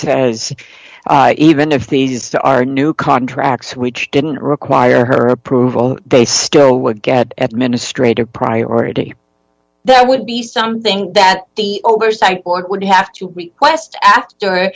even if these to our new contracts reach didn't require her approval they still would get administrator's priority that would be something that the oversight board would have to request after